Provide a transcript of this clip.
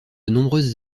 nombreuses